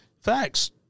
Facts